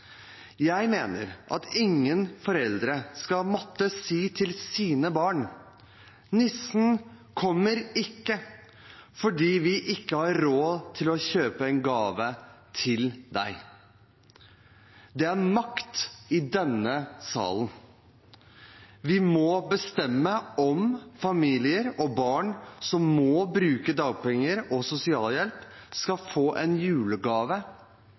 Jeg mener at ingen foreldre skal måtte si til sine barn: Nissen kommer ikke fordi vi ikke har råd til å kjøpe en gave til deg. Det er makt i denne salen. Vi bestemmer om familier og barn som må bruke dagpenger og sosialhjelp, skal få en julegave